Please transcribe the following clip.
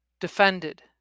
Defended